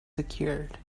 secured